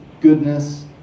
goodness